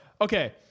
okay